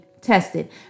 tested